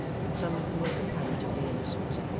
but some who were comparatively innocent.